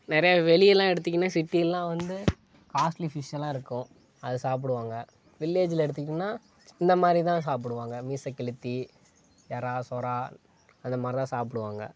நிறையா வெளியலாம் எடுத்திங்கன்னால் சிட்டிலாம் வந்து காஸ்ட்லி ஃபிஷெல்லாம் இருக்கும் அது சாப்பிடுவாங்க வில்லேஜில் எடுத்திங்கன்னால் இந்தமாதிரிதான் சாப்புடுவாங்க மீசக்கெளுத்தி இறா சுறா அந்தமாதிரிதான் சாப்பிடுவாங்க